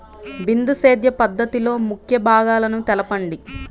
బిందు సేద్య పద్ధతిలో ముఖ్య భాగాలను తెలుపండి?